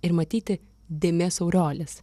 ir matyti dėmės aureolės